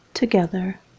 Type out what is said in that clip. together